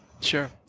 sure